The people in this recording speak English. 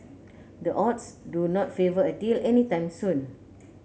the odds do not favour a deal any time soon